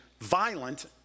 violent